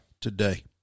today